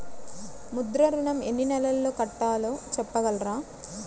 ముద్ర ఋణం ఎన్ని నెలల్లో కట్టలో చెప్పగలరా?